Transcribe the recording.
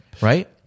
Right